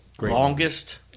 Longest